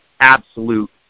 absolute